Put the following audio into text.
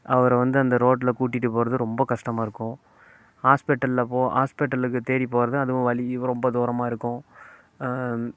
அவரை வந்து அந்த ரோட்டில் கூட்டிகிட்டு போகறது ரொம்ப கஷ்டமாக இருக்கும் ஹாஸ்பிட்டலில் போ ஹாஸ்பிட்டலுக்கு தேடி போகறது அதுவும் வழி ரொம்ப தூரமாக இருக்கும்